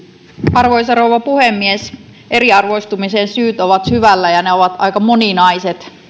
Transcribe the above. arvoisa rouva puhemies eriarvoistumisen syyt ovat syvällä ja ne ovat aika moninaiset